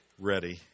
ready